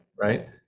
right